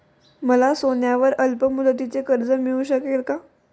मला सोन्यावर अल्पमुदतीचे कर्ज मिळू शकेल का?